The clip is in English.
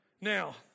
Now